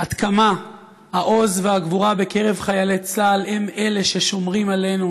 עד כמה העוז והגבורה בקרב חיילי צה"ל הם ששומרים עלינו.